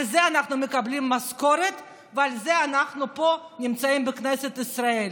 על זה אנחנו מקבלים משכורת ובשביל זה אנחנו נמצאים פה בכנסת ישראל